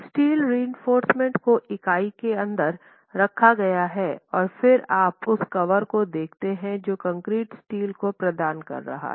steel केरिइंफोर्समेन्ट को इकाई के अंदर रखा गया है और फिर आप उस कवर को देखते हैं जो कंक्रीट स्टील को प्रदान कर रहा है